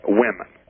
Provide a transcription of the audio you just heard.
women